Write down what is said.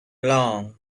long